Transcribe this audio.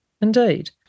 Indeed